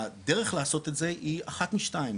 הדרך לעשות את זה היא אחת משתיים,